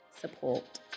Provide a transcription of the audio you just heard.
support